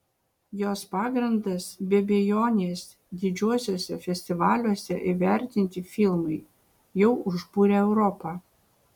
jos pagrindas be abejonės didžiuosiuose festivaliuose įvertinti filmai jau užbūrę europą